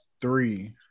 three